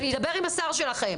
ואני אדבר עם השר שלכם.